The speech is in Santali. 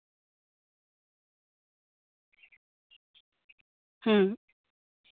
ᱦᱩᱸ